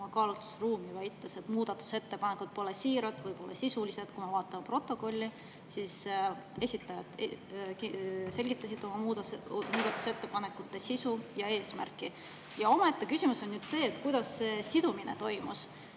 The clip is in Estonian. oma kaalutluspiire, väites, et muudatusettepanekud pole siirad või sisulised. Kui ma vaatan protokolli, siis näen, et esitajad selgitasid oma muudatusettepanekute sisu ja eesmärki. Omaette küsimus on see, kuidas see sidumine toimus.